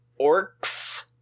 Orcs